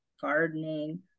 gardening